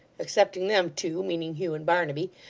excepting them two meaning hugh and barnaby,